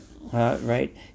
Right